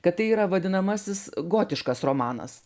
kad tai yra vadinamasis gotiškas romanas